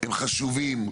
הם חשובים,